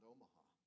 Omaha